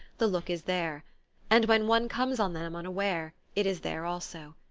the look is there and when one comes on them unaware it is there also.